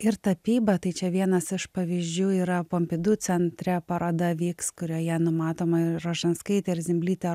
ir tapyba tai čia vienas iš pavyzdžių yra pompidu centre paroda vyks kurioje numatoma ir rožanskaitė ir zimblytė